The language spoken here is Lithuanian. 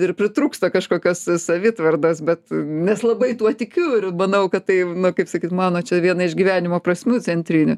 ir pritrūksta kažkokios savitvardos bet mes labai tuo tikiu ir manau kad tai kaip sakyt mano čia viena iš gyvenimo prasmių centrinių